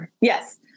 Yes